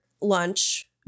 lunch